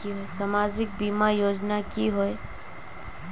सामाजिक बीमा योजना की होय?